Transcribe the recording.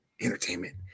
entertainment